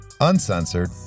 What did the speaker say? uncensored